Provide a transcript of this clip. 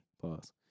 Pause